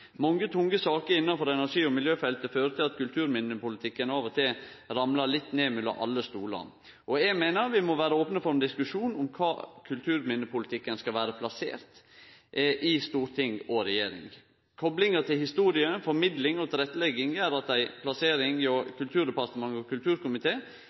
Mange tunge saker innan energi- og miljøfeltet fører til at kulturminnepolitikken av og til ramlar litt ned mellom alle stolar. Eg meiner vi må vere opne for ein diskusjon om kvar kulturminnepolitikken skal vere plassert i storting og regjering. Koblinga til historie, formidling og tilrettelegging gjer at ei plassering